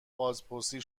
بازپرسی